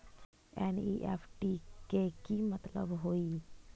NEFT के कि मतलब होइ?